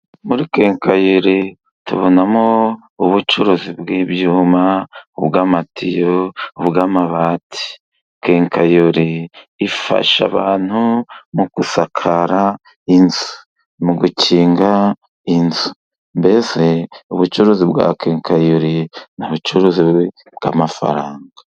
Muri kenkayori tubonamo ubucuruzi bw'ibyuma ubw'amatiyo, ubw'amabati. Kenkayori ifasha abantu mu gusakara inzu, mu gukinga inzu mbese ubucuruzi bwa kenkayori ni ubicuruzi bw'amafaranga.